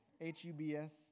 H-U-B-S